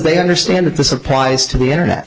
they understand that this applies to the internet